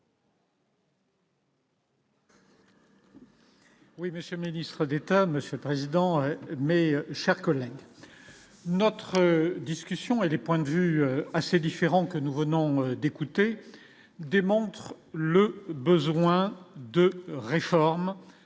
Oui monsieur, ministre d'État, Monsieur le Président mais chers collègues notre discussion et des points de vue assez différents, que nous venons d'écouter démontre le besoin de réformes